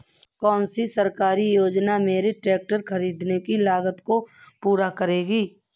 कौन सी सरकारी योजना मेरे ट्रैक्टर ख़रीदने की लागत को पूरा करेगी?